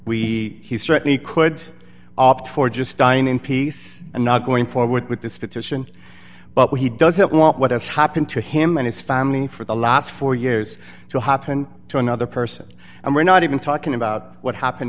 we certainly could opt for just dying in peace and not going forward with this petition but what he doesn't want what has happened to him and his family for the last four years to happen to another person and we're not even talking about what happened